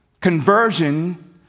Conversion